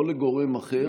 ולא לגורם אחר,